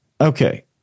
Okay